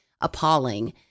appalling